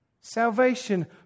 Salvation